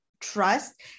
trust